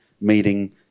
meeting